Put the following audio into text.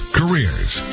careers